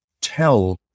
tell